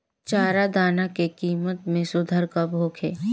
चारा दाना के किमत में सुधार कब होखे?